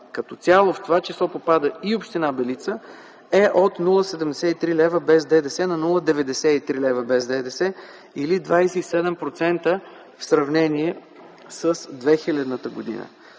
като цяло в това число попада и община Белица, е от 0,73 лв. без ДДС на 0,93 лв. без ДДС или 27% в сравнение с 2000 г.